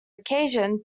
occasion